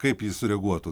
kaip jis sureaguotų